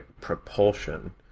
propulsion